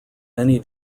many